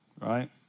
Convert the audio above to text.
right